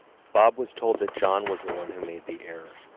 bob was told that john was the one who made the error.